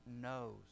knows